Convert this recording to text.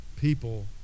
people